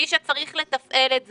מי שצריך לתפעל את זה.